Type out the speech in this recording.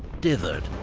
dithered.